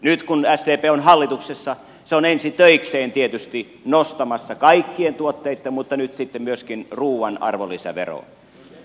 nyt kun sdp on hallituksessa se on ensi töikseen tietysti nostamassa kaikkien tuotteitten mutta nyt sitten myöskin ruuan arvonlisäveroa